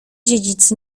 dziedzic